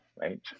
right